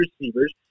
receivers